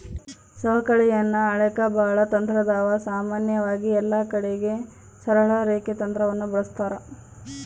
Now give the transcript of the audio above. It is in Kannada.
ಸವಕಳಿಯನ್ನ ಅಳೆಕ ಬಾಳ ತಂತ್ರಾದವ, ಸಾಮಾನ್ಯವಾಗಿ ಎಲ್ಲಕಡಿಗೆ ಸರಳ ರೇಖೆ ತಂತ್ರವನ್ನ ಬಳಸ್ತಾರ